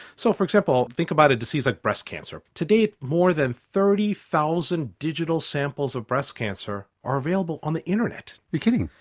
so for example think of a disease like breast cancer. to date more than thirty thousand digital samples of breast cancer are available on the internet. you're kidding.